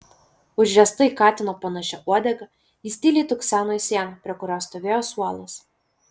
užriesta į katino panašia uodega jis tyliai tukseno į sieną prie kurios stovėjo suolas